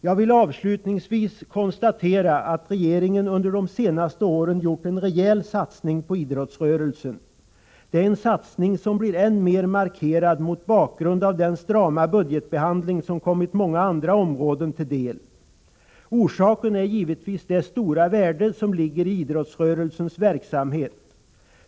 Jag vill avslutningsvis konstatera att regeringen under de senaste åren gjort en rejäl satsning på idrottsrörelsen. Det är en satsning som blir än mer markerad mot bakgrund av den strama budgetbehandling som kommit många andra områden till del. Orsaken är givetvis det stora värde som ligger i idrottsrörelsens verksamhet.